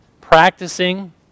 practicing